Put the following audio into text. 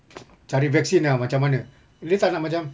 cari vaksin lah macam mana dia tak nak macam